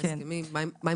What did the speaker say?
מה ההסכמים כוללים.